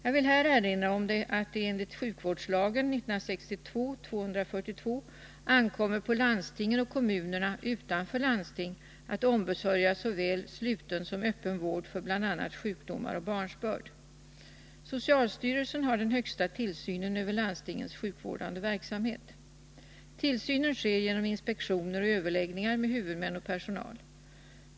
Jag vill här erinra om att det enligt sjukvårdslagen ankommer på landstingen och kommunerna utanför landsting att ombesörja såväl sluten som öppen vård för bl.a. sjukdomar och barnsbörd. Socialstyrelsen har den högsta tillsynen över landstingens sjukvårdande verksamhet. Tillsynen sker genom inspektioner och överläggningar med huvudmän och personal.